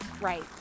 right